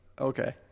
okay